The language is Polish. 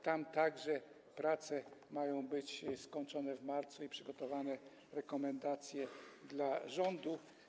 Tam także prace mają być ukończone w marcu i będą przygotowane rekomendacje dla rządu.